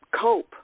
cope